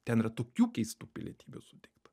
ten yra tokių keistų pilietybių suteikta